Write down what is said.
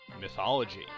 mythology